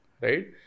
right